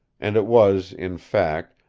and it was, in fact,